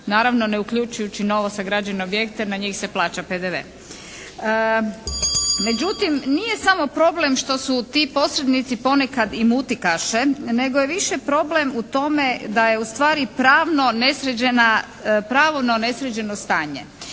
naravno ne uključujući novo sagrađene objekte, na njih se plaća PDV. Međutim, nije samo problem što su ti posrednici ponekad i mutikaše nego je više problem u tome da je ustvari pravno nesređeno stanje.